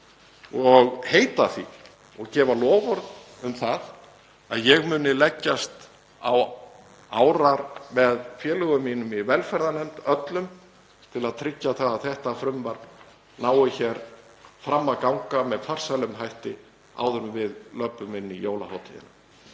og heita því og gefa loforð um það að ég muni leggjast á árar með félögum mínum öllum í velferðarnefnd til að tryggja að þetta frumvarp nái hér fram að ganga með farsælum hætti áður en við löbbum inn í jólahátíðina.